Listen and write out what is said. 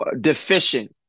deficient